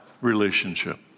relationship